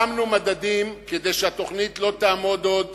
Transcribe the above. שמנו מדדים כדי שהתוכנית לא תיפול שוב